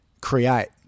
create